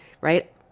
right